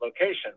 location